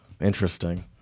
Interesting